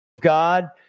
God